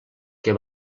que